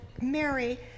Mary